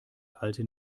alte